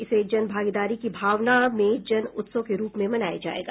इसे जन भागीदारी की भावना में जन उत्सव के रूप में मनाया जाएगा